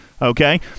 Okay